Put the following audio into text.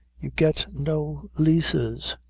you get no leases.